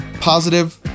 positive